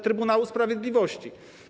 Trybunału Sprawiedliwości.